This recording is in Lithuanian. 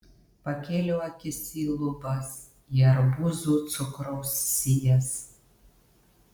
pakėliau akis į lubas į arbūzų cukraus sijas